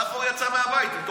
ככה הוא יצא מהבית, עם